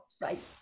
Right